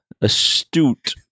astute